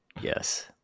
Yes